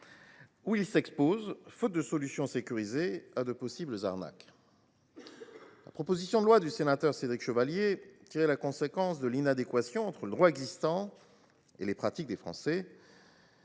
où ils s’exposent, faute de solution sécurisée, à de possibles arnaques. La proposition de loi de Cédric Chevalier tirait les conséquences de l’inadéquation entre le droit existant et les pratiques des Français